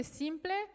simple